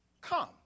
come